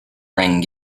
ring